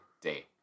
day